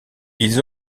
ils